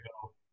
go